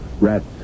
rat's